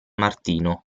martino